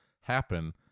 happen